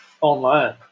online